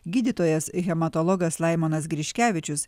gydytojas hematologas laimonas griškevičius